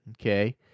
Okay